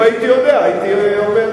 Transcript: אם הייתי יודע הייתי אומר.